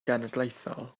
genedlaethol